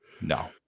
no